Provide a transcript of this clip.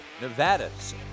Nevada's